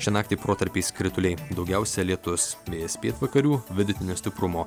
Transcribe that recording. šią naktį protarpiais krituliai daugiausia lietus vėjas pietvakarių vidutinio stiprumo